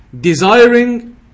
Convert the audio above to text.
desiring